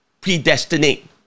predestinate